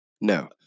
No